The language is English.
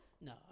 no